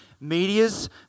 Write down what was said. medias